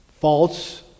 False